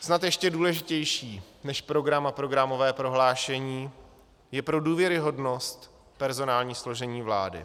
Snad ještě důležitější než program a programové prohlášení je pro důvěryhodnost personální složení vlády.